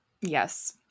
yes